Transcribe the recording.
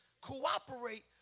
cooperate